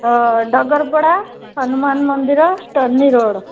ହଁ ଡଗରପଡ଼ା ହନୁମାନ ମନ୍ଦିର ଷ୍ଟନୀ ରୋଡ଼୍